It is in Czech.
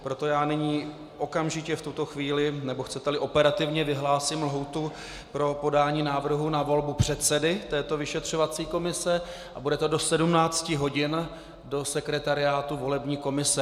Proto já okamžitě v tuto chvíli, nebo chceteli operativně, vyhlásím lhůtu pro podání návrhu na volbu předsedy této vyšetřovací komise a bude to do 17 hodin do sekretariátu volební komise.